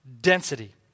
density